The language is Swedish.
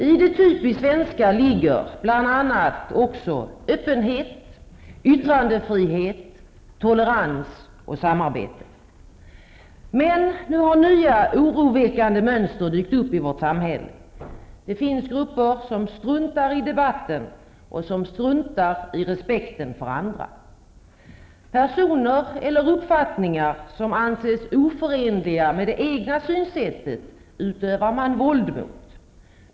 I det typiskt svenska ligger bl.a. också öppenhet, yttrandefrihet, tolerans och samarbete. Men nu har nya oroväckande mönster dykt upp i vårt samhälle. Det finns grupper som struntar i debatten och som struntar i respekten för andra. Personer eller uppfattningar som anses oförenliga med det egna synsättet utövar man våld mot.